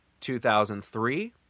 2003